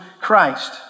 Christ